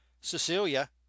Cecilia